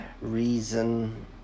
reason